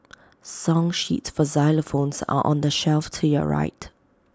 song sheets for xylophones are on the shelf to your right